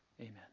amen